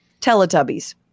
Teletubbies